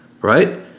right